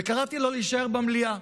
וקראתי לו להישאר במליאה,